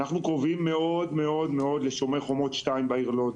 אנחנו מאוד קרובים למצב של ׳שומר חומות 2׳ בעיר לוד.